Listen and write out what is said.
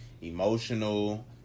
emotional